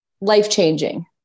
life-changing